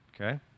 Okay